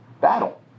battle